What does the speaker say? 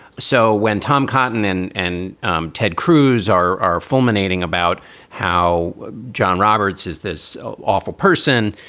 so when tom cotton and and um ted cruz are are fulminating about how john roberts is this awful person,